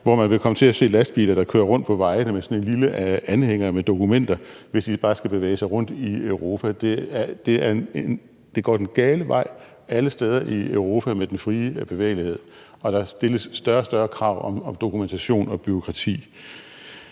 hvor man vil komme til at se lastbiler, der kører rundt på vejene med sådan en lille anhænger med dokumenter, hvis de bare skal bevæge sig rundt i Europa. Det går den gale vej alle steder i Europa med den frie bevægelighed, og der stilles større og større krav om dokumentation og bureaukrati.